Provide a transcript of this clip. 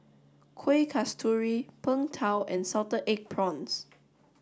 Kueh Kasturi Png Tao and salted egg prawns